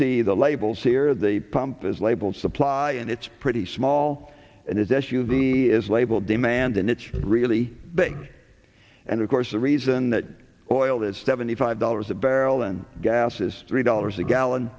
see the labels here the pump is labeled supply and it's pretty small and his s u v is labeled demand and it's really big and of course the reason that oil is seventy five dollars a barrel and gas is three dollars a gallon